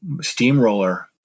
steamroller